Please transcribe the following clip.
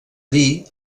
dir